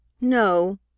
No